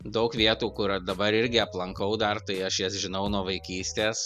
daug vietų kur dabar irgi aplankau dar tai aš jas žinau nuo vaikystės